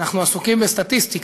אנחנו עסוקים בסטטיסטיקה.